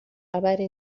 خبری